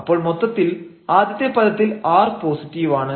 അപ്പോൾ മൊത്തത്തിൽ ആദ്യത്തെ പദത്തിൽ r പോസിറ്റീവാണ്